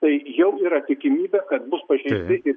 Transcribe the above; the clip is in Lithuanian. tai jau yra tikimybė kad bus pažeisti ir